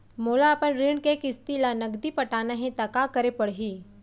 मोला अपन ऋण के किसती ला नगदी पटाना हे ता का करे पड़ही?